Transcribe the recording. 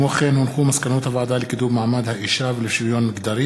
מסקנות הוועדה לקידום מעמד האישה ולשוויון מגדרי